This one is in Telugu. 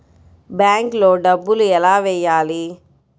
బ్యాంక్లో డబ్బులు ఎలా వెయ్యాలి?